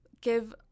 give